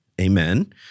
Amen